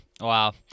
wow